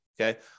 Okay